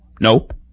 Nope